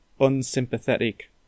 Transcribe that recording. unsympathetic